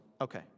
Okay